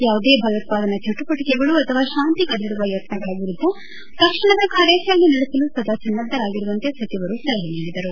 ಯಾವುದೇ ಭಯೋತ್ಪಾದನಾ ಚಟುವಟಕೆಗಳು ಅಥವ ಶಾಂತಿ ಕದಡುವ ಯತ್ನಗಳ ವಿರುದ್ಧ ತಕ್ಷಣದ ಕಾರ್ಯಾಚರಣೆ ನಡೆಸಲು ಸದಾ ಸನ್ನದ್ದರಾಗಿರುವಂತೆ ಸಚಿವರು ಸಲಹೆ ನೀಡಿದರು